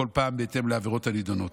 כל פעם בהתאם לעבירות הנדונות.